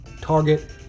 target